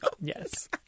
yes